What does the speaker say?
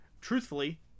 truthfully